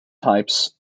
types